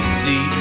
see